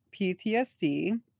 PTSD